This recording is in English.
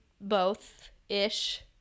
both-ish